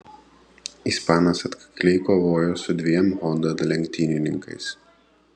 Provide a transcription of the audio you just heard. ispanas atkakliai kovojo su dviem honda lenktynininkais